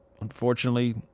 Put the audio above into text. Unfortunately